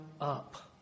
up